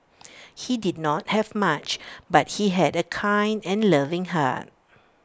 he did not have much but he had A kind and loving heart